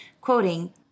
quoting